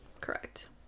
Correct